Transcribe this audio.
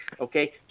Okay